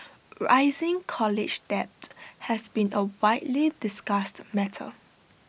rising college debt has been A widely discussed matter